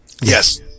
Yes